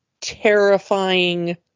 terrifying